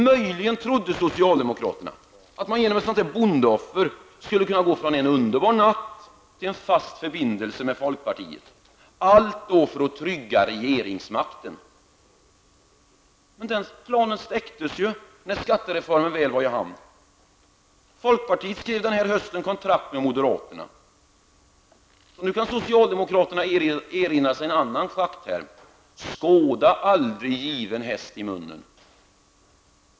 Möjligen trodde socialdemokraterna att man genom ett bondeoffer skulle kunna gå från en underbar natt till en fast förbindelse med folkpartiet -- allt för att trygga regeringsmakten. Den planen stäcktes emellertid när skattereformen väl var i hamn. Folkpartiet skrev denna höst kontrakt med moderaterna. Nu kan socialdemokraterna erinra sig en annan schackterm: Skåda aldrig given häst i mun.